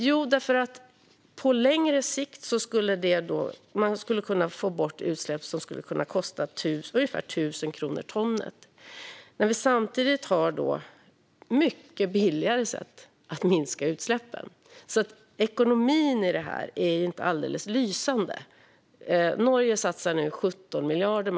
Jo, därför att vi på längre sikt skulle kunna få bort utsläpp som kostar ungefär 1 000 kronor per ton, samtidigt som vi har mycket billigare sätt att minska utsläppen. Ekonomin i detta är alltså inte alldeles lysande. Norge satsar nu 17 miljarder.